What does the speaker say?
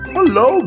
Hello